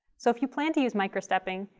so if you plan to use microstepping,